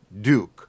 Duke